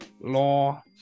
law